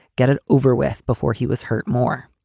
get it over with before he was hurt more.